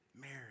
Mary